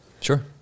Sure